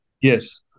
Yes